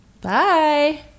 Bye